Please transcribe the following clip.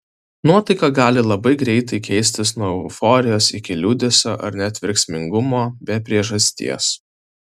nuotaika gali labai greitai keistis nuo euforijos iki liūdesio ar net verksmingumo be priežasties